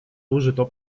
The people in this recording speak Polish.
użyto